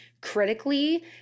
critically